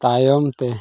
ᱛᱟᱭᱚᱢᱛᱮ